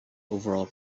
overall